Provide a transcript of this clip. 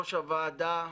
יושב-ראש הוועדה,